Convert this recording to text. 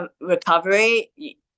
recovery